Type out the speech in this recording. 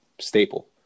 staple